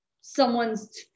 someone's